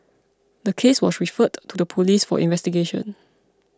the case was referred to the police for investigation